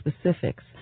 specifics